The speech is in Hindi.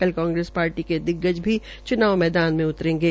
कल कांग्रेस पार्टी के दिग्गज भी च्नाव मैदान में उतरेंगे